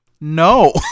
No